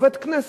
עובד כנסת.